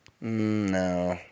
No